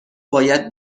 باید